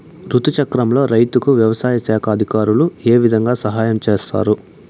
రుతు చక్రంలో రైతుకు వ్యవసాయ శాఖ అధికారులు ఏ విధంగా సహాయం చేస్తారు?